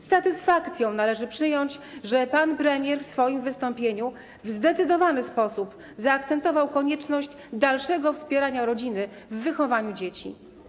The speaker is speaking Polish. Z satysfakcją należy przyjąć, że pan premier w swoim wystąpieniu w zdecydowany sposób zaakcentował konieczność dalszego wspierania rodziny w wychowaniu dzieci.